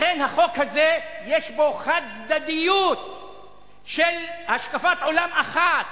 לכן, החוק הזה יש בו חד-צדדיות של השקפת עולם אחת,